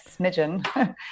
smidgen